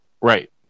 right